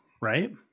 Right